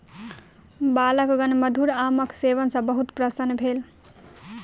बालकगण मधुर आमक सेवन सॅ बहुत प्रसन्न भेल